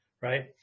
right